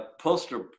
poster